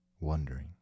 Wondering